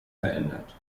verändert